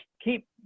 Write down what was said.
keep